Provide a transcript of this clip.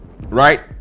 right